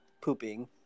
Pooping